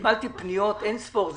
קיבלתי אין ספור פניות.